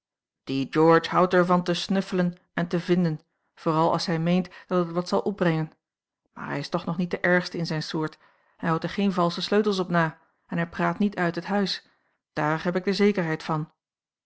die george houdt er van te snuffelen en te vinden vooral als hij meent dat het wat zal opbrengen maar hij is toch nog niet de ergste in zijne soort hij houdt er geen valsche sleutels op na en hij praat niet a l g bosboom-toussaint langs een omweg uit het huis dààr heb ik de zekerheid van